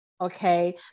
okay